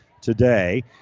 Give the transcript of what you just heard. today